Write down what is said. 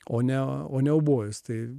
o ne o ne obojus tai